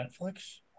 Netflix